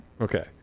okay